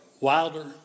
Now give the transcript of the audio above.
Wilder